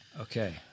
Okay